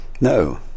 No